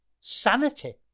Sanity